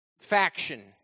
faction